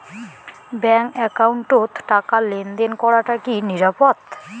Bank একাউন্টত টাকা লেনদেন করাটা কি নিরাপদ?